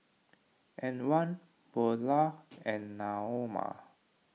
Antwan Beulah and Naoma